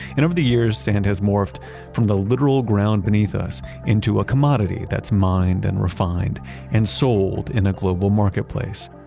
and over the years, sand has morphed from the literal ground beneath us into a commodity that's mined and refined and sold in a global marketplace.